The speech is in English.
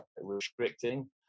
restricting